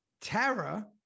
Tara